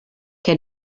que